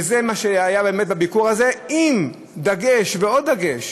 זה מה שהיה באמת בביקור הזה, עם דגש ועוד דגש